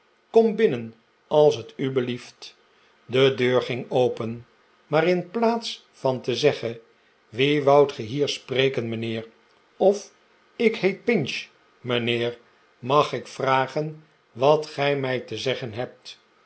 kom binnen als t u belieft de deur ging open maar in plaats van te zeggen wien woudt ge hier spreken mijnheer of ik heet pinch mijnheer mag ik vragen wat gij mij te zeggen hebt